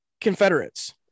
confederates